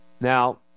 Now